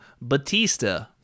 Batista